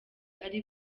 ari